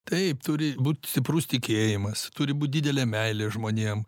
taip turi būt stiprus tikėjimas turi būt didelė meilė žmonėm